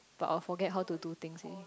but I will forget how to do things again